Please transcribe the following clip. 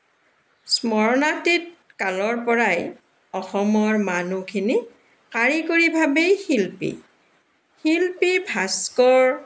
স্মৰণাতীত কালৰ পৰাই অসমৰ মানুহখিনি কাৰিকৰীভাৱেই শিল্পী শিল্পী ভাস্কৰ